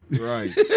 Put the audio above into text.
Right